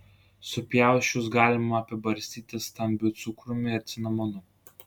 supjausčius galima apibarstyti stambiu cukrumi ir cinamonu